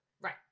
Right